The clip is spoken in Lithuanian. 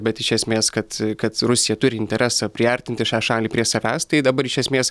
bet iš esmės kad kad rusija turi interesą priartinti šią šalį prie savęs tai dabar iš esmės